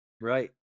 Right